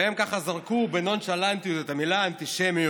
והם ככה זרקו בנונשלנטיות את המילה "אנטישמיות"